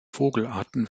vogelarten